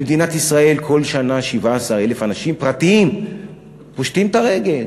במדינת ישראל כל שנה 17,000 אנשים פרטיים פושטים את הרגל.